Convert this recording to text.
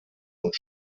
und